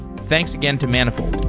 thanks again to manifold.